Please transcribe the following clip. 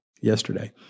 yesterday